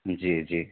جی جی